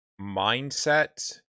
mindset